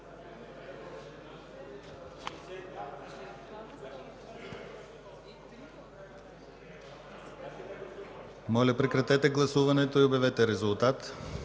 Прекратете гласуването и обявете резултата.